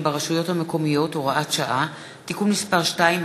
ברשויות המקומיות (הוראת שעה) (תיקון מס' 2),